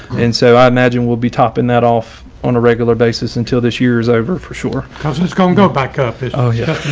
and so i imagine we'll be topping that off on a regular basis until this year is over for sure. cost has gone go back up. oh yeah.